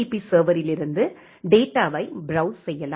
B சர்வரில் இருந்து டேட்டாவை பிரௌஸ் செய்யலாம்